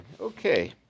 Okay